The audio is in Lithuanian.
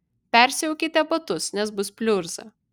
persiaukite batus nes bus pliurza